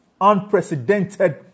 unprecedented